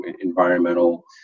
environmental